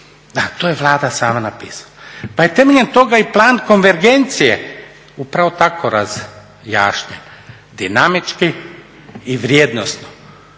Da, to je Vlada sama napisala. Pa je temeljem toga i plan konvergencije upravo tako razjašnjen dinamički i vrijednosno,